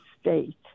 state